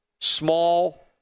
Small